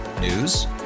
News